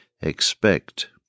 expect